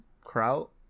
kraut